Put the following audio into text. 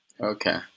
Okay